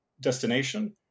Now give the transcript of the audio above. destination